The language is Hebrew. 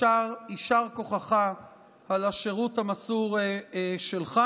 יישר כוחך על השירות המסור שלך,